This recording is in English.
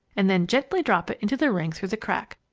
and then gently drop it into the ring through the crack.